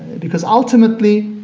because ultimately,